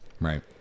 Right